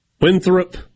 Winthrop